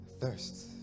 thirst